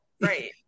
Right